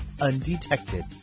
undetected